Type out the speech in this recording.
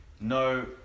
no